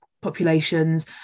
populations